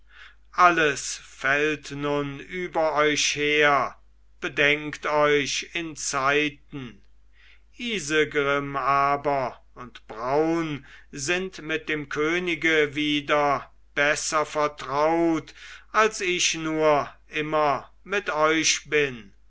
alles fällt nun über euch her bedenkt euch inzeiten isegrim aber und braun sind mit dem könige wieder besser vertraut als ich nur immer mit euch bin